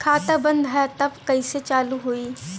खाता बंद ह तब कईसे चालू होई?